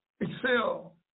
Excel